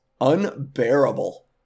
unbearable